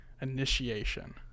initiation